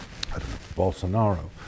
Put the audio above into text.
Bolsonaro